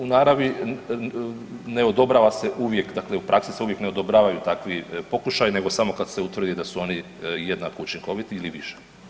U naravi ne odobrava se uvijek dakle u praksi se uvijek ne odobravaju takvi pokušaji, nego samo kada se utvrdi da su oni jednako učinkoviti ili više.